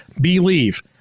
believe